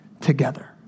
together